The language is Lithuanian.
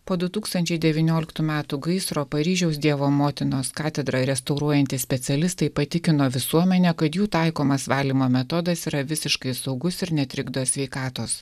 po du tūkstančiai devynioliktų metų gaisro paryžiaus dievo motinos katedrą restauruojantys specialistai patikino visuomenę kad jų taikomas valymo metodas yra visiškai saugus ir netrikdo sveikatos